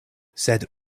sed